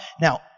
Now